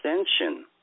extension